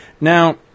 Now